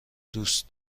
دوست